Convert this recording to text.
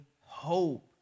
hope